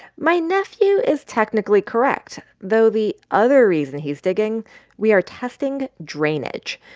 my nephew is technically correct, though the other reason he's digging we are testing drainage.